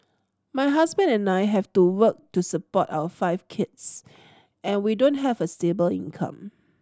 my husband and I have to work to support our five kids and we don't have a stable income